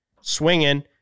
swinging